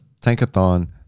Tankathon